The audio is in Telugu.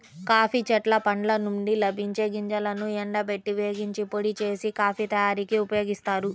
కాఫీ చెట్ల పండ్ల నుండి లభించే గింజలను ఎండబెట్టి, వేగించి, పొడి చేసి, కాఫీ తయారీకి ఉపయోగిస్తారు